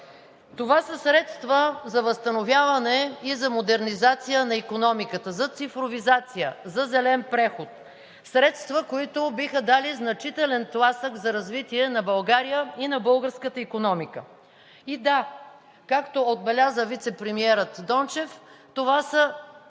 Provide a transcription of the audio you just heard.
Това са средства за възстановяване и за модернизация на икономиката – за цифровизация, за зелен преход, средства, които биха дали значителен тласък за развитие на България и на българската икономика. И, да, както отбеляза вицепремиерът Дончев, това са